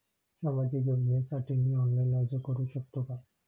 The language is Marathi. सामाजिक योजनेसाठी मी ऑनलाइन अर्ज करू शकतो का?